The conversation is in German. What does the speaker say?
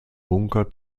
bunker